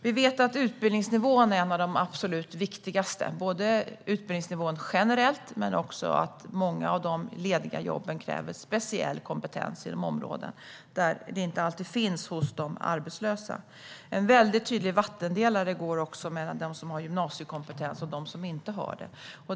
Vi vet att utbildningsnivån är bland det absolut viktigaste - både generellt och eftersom många av de lediga jobben kräver specialkompetens inom områden där den inte alltid finns hos de arbetslösa. En tydlig vattendelare går också mellan dem som har gymnasiekompetens och dem som inte har det.